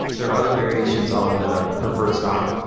there are other variations on the preferred stock.